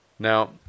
Now